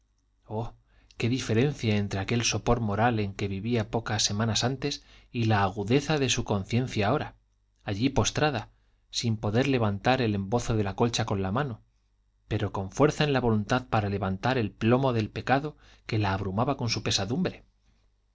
oh qué diferencia entre aquel sopor moral en que vivía pocas semanas antes y la agudeza de su conciencia ahora allí postrada sin poder levantar el embozo de la colcha con la mano pero con fuerza en la voluntad para levantar el plomo del pecado que la abrumaba con su pesadumbre